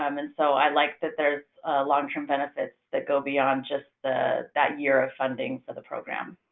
um and so, i like that there's long-term benefits that go beyond just that year of funding for the program.